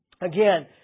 Again